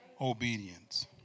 obedience